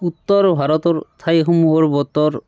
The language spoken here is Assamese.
উত্তৰ ভাৰতৰ ঠাইসমূহৰ বতৰ